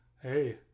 Hey